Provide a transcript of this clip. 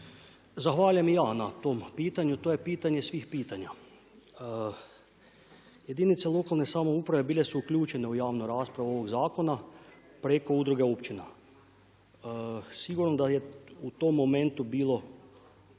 Zahvaljujem i ja na tom pitanju. To je pitanje svih pitanja. Jedinice lokalne samouprave bile su uključene u javnu raspravu ovog zakona preko udruge općina. Sigurno da je u tom momentu bilo